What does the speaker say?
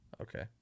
Okay